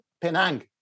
Penang